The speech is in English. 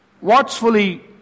watchfully